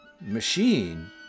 machine